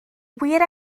wir